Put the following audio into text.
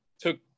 took